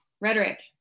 rhetoric